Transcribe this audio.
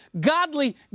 godly